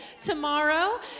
tomorrow